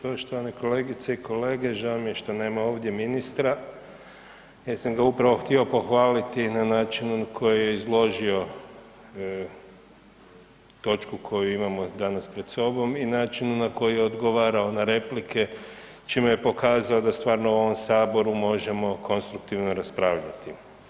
Poštovane kolegice i kolege žao mi je što nema ovdje ministra jer sam ga upravo htio pohvaliti na način na koji je izložio točku koju imamo danas pred sobom i načinu na koji je odgovarao na replike čime je pokazao da stvarno u ovom saboru možemo konstruktivno raspravljati.